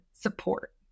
support